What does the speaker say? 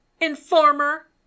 Informer